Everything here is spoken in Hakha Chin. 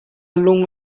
lung